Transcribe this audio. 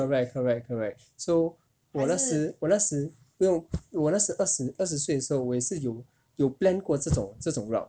correct correct correct so 我那时我那时不用我那时二十二十岁的时候我也是有有 plan 过这种这种 route